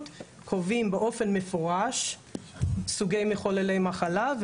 קובעים באופן מפורש סוגי מחוללי מחלה,